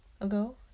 ago